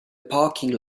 parking